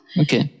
Okay